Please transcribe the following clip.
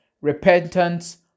repentance